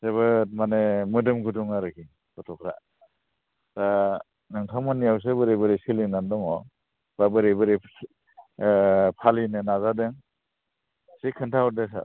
जोबोद माने मोदोम गुदुं आरखि गथ'फ्रा दा नोंथांमोननियावसो बोरै बोरै सोलिनानै दङ बा बोरै बोरै फालिनो नाजादों एसे खिन्था हरदो सार